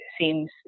seems